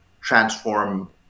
transform